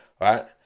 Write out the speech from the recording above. Right